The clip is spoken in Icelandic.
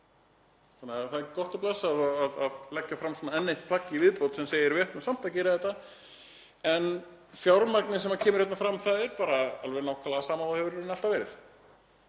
Það er gott og blessað að leggja fram enn eitt plagg í viðbót sem segir að við ætlum samt að gera þetta, en fjármagnið sem kemur hérna fram er bara alveg nákvæmlega sama og það hefur alltaf verið.